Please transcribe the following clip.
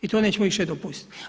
I to nećemo više dopustiti.